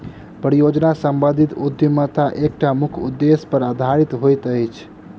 परियोजना सम्बंधित उद्यमिता एकटा मुख्य उदेश्य पर आधारित होइत अछि